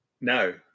no